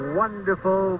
wonderful